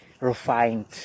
refined